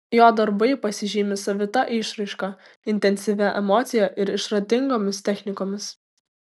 jo darbai pasižymi savita išraiška intensyvia emocija ir išradingomis technikomis